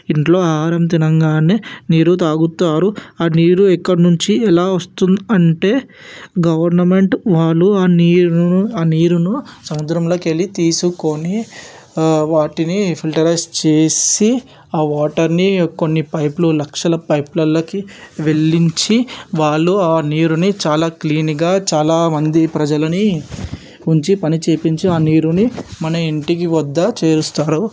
ఇంట్లో ఆహారం తినగానే నీరు తాగుతారు ఆ నీరు ఎక్కడి నుంచి ఎలా వస్తుంది అంటే గవర్నమెంట్ వాళ్ళు ఆ నీరును ఆ నీరును సముద్రంలోకి వెళ్లి తీసుకొని వాటిని ఫిల్టర్స్ చేసి ఆ వాటర్ని కొన్ని పైపులు లక్షల పైప్లలోకి వెల్లించి వాళ్ళు ఆ నీరుని చాలా క్లీన్గా చాలా మంది ప్రజలని ఉంచి పని చేపించి ఆ నీరుని మన ఇంటికి వద్ద చేరుస్తారు